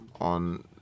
on